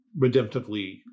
redemptively